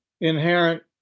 inherent